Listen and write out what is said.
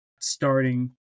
starting